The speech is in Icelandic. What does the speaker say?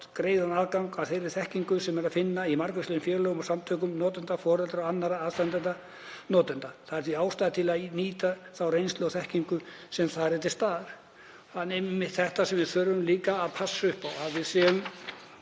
greiðan aðgang að þeirri þekkingu sem er að finna í margvíslegum félögum og samtökum notenda, foreldra og annarra aðstandenda notenda. Það er því ástæða til að nýta þá reynslu og þekkingu sem þar er til staðar.“ Það er einmitt þetta sem við þurfum að passa upp á, að við séum